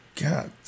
God